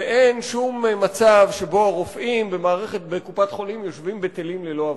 ואין שום מצב שבו הרופאים בקופת-חולים יושבים בטלים ללא עבודה.